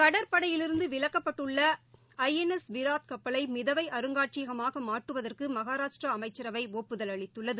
கப்பற்படையிலிருந்து விலக்கப்பட்டுள்ள I N S Viraat கப்பலை மிதவை அருங்காட்சியகமாக மாற்றுவதற்கு மகாராஷ்டிரா அமைச்சரவை ஒப்புதல் அளித்துள்ளது